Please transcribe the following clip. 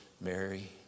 Mary